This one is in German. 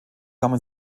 kamen